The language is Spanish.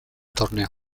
torneo